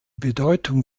bedeutung